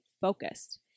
focused